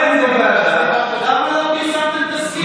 למה לא פרסמתם תזכיר?